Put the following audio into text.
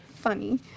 funny